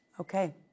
Okay